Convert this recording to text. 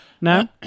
No